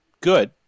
good